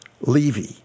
Levy